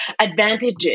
advantages